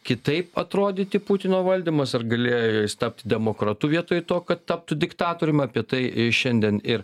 kitaip atrodyti putino valdymas ar galėjo jis tapti demokratu vietoj to kad taptų diktatorium apie tai šiandien ir